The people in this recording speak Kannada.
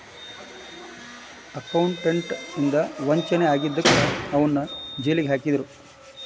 ಅಕೌಂಟೆಂಟ್ ಇಂದಾ ವಂಚನೆ ಆಗಿದಕ್ಕ ಅವನ್ನ್ ಜೈಲಿಗ್ ಹಾಕಿದ್ರು